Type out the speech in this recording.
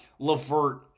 lavert